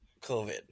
covid